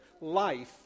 life